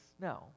no